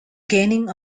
gaining